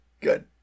Good